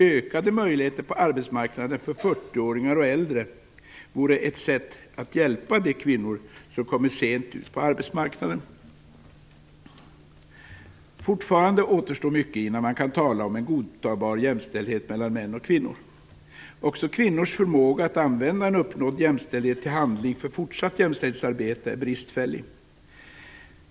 Ökade möjligheter på arbetsmarknaden för dem som är 40 år och äldre vore ett sätt att hjälpa de kvinnor som kommer sent ut på arbetsmarknaden. Fortfarande återstår mycket innan man kan tala om en godtagbar jämställdhet mellan män och kvinnor. Också kvinnors förmåga att använda en uppnådd jämställdhet till handling för fortsatt jämställdhetsarbete är bristfällig.